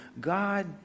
God